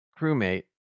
crewmate